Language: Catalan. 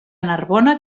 narbona